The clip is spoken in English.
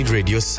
Radio